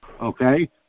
okay